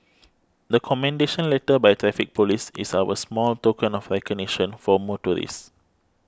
the commendation letter by Traffic Police is our small token of recognition for motorists